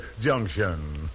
Junction